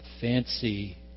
fancy